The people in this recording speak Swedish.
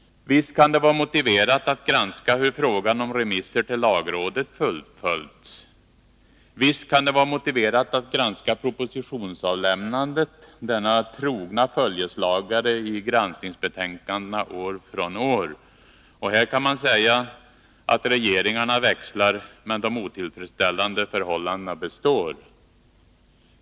Visst kan det vara motiverat att granska hur frågan om remisser till lagrådet fullföljs. Visst är det motiverat att granska propositionsavlämnandet, denna trogna följeslagare i granskningsbetänkandena år från år. Här kan man säga att regeringarna växlar men de otillfredsställande förhållandena består.